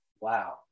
wow